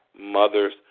mother's